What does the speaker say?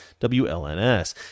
WLNS